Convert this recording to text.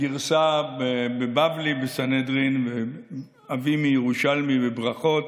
בגרסה בבבלי, בסנהדרין, אביא מירושלמי בברכות: